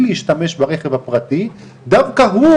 בהמשך כשאנחנו ניכנס כבר לדיונים על הנוסח אני